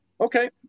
okay